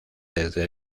desde